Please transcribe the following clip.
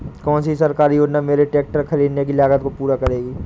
कौन सी सरकारी योजना मेरे ट्रैक्टर ख़रीदने की लागत को पूरा करेगी?